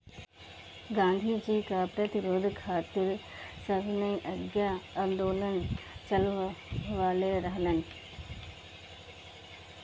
गांधी जी कर प्रतिरोध खातिर सविनय अवज्ञा आन्दोलन चालवले रहलन